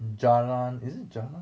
jalan is it jalan